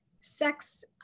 sex